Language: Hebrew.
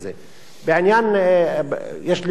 יש לי שאלה נוספת,